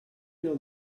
know